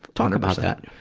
talk about that.